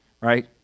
right